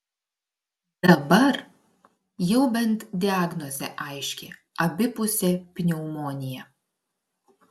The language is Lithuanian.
dabar jau bent diagnozė aiški abipusė pneumonija